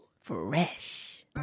Fresh